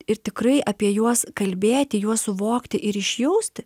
ir tikrai apie juos kalbėti juos suvokti ir išjaust